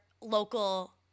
local